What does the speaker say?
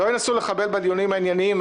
לא ינסו לחבל בדיונים הענייניים,